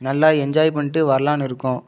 நல்லா என்ஜாய் பண்ணிட்டு வரலான்னு இருக்கோம்